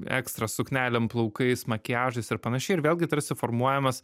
ekstra suknelėm plaukais makiažas ir panašiai ir vėlgi tarsi formuojamas